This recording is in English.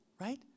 right